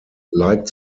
liked